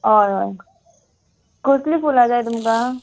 हय हय कसलीं फुलां जाय तुमकां